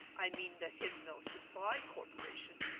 i mean the hymnal supply corporation,